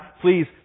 please